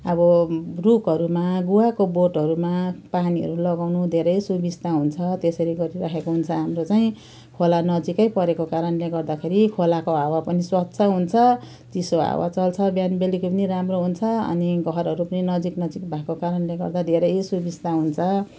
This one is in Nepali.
अब रुखहरूमा गुवाको बोटहरूमा पानीहरू लगाउनु धेरै सुविस्ता हुन्छ त्यसरी गरिरहेको हुन्छ हाम्रो चाहिँ खोला नजिकै परेको कारणले गर्दाखेरि खोलाको हावा पनि स्वच्छ हुन्छ चिसो हावा चल्छ बिहान बेलुका पनि राम्रो हुन्छ अनि घरहरू पनि नजिक नजिक भएको कारणले गर्दा धेरै सुविस्ता हुन्छ